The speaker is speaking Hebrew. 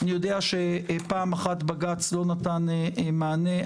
אני יודע שפעם אחת בג"ץ לא נתן מענה,